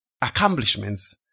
accomplishments